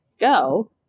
go